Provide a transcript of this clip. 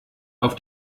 auf